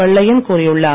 வெள்ளையன் கூறியுள்ளார்